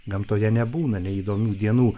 gamtoje nebūna neįdomių dienų